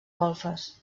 golfes